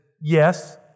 yes